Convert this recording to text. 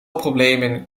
problemen